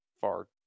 far